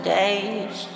days